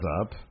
up